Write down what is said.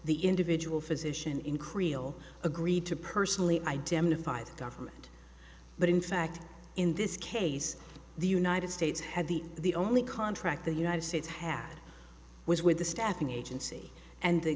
the individual physician in creole agreed to personally identify the government but in fact in this case the united states had the the only contract the united states had was with the staffing agency and the